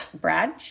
Brad